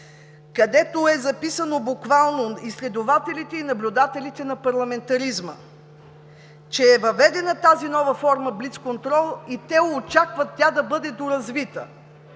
където е записано буквално: „Изследователите и наблюдателите на парламентаризма“. Въведена е тази нова форма „блицконтрол“ и те очакват тя да бъде доразвита.